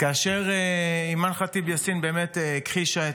כאשר אימאן ח'טיב יאסין באמת הכחישה,